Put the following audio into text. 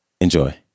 Enjoy